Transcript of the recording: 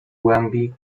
głębi